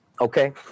okay